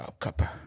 copper